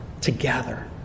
together